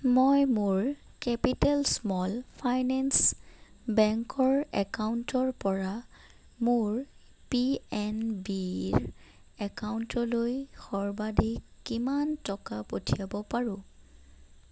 মই মোৰ capital small finance বেংকৰ একাউণ্টৰ পৰা মোৰ পি এন বিৰ একাউণ্টলৈ সৰ্বাধিক কিমান টকা পঠিয়াব পাৰোঁ